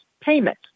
payment